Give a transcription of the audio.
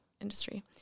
industry